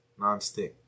nonstick